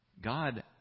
God